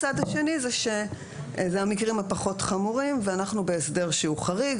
הצד השני זה שזה המקרים הפחות חמורים ואנחנו בהסדר שהוא חריג.